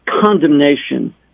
condemnation